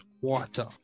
water